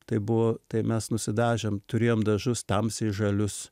tai buvo tai mes nusidažėm turėjom dažus tamsiai žalius